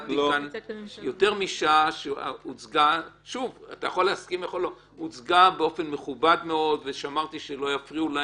נתתי כאן והוצגה באופן מכובד מאוד ושמרתי שלא יפריעו להם,